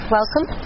Welcome